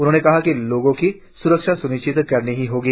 उन्होंने कहा कि लोगों की सुरक्षा सुनिश्चित करनी ही होगी